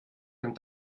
dem